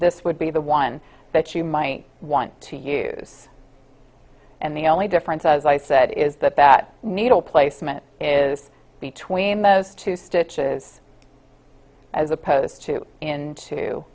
this would be the one that you might want to use and the only difference as i said is that that needle placement is between those two stitches as opposed to into